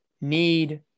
need